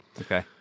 Okay